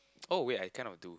oh wait I cannot do